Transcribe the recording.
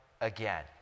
again